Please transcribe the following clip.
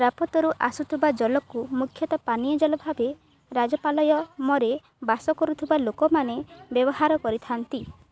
ପ୍ରାପତରୁ ଆସୁଥିବା ଜଲକୁ ମୁଖ୍ୟତଃ ପାନୀୟ ଜଲ ଭାବେ ରାଜପାଲୟମରେ ବାସ କରୁଥିବା ଲୋକମାନେ ବ୍ୟବହାର କରିଥାନ୍ତି